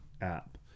app